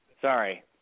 Sorry